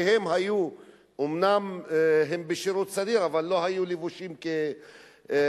שהם היו אומנם בשירות סדיר אבל לא היו לבושים כחיילים,